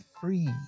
free